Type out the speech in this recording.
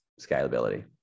scalability